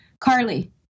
carly